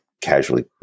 casually